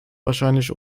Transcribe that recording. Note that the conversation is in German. wahrscheinlich